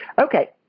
Okay